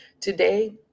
today